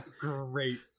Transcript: great